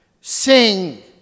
Sing